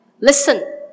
Listen